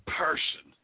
person